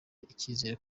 icyizero